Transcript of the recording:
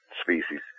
species